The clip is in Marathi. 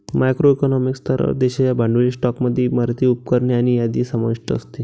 मॅक्रो इकॉनॉमिक स्तरावर, देशाच्या भांडवली स्टॉकमध्ये इमारती, उपकरणे आणि यादी समाविष्ट असते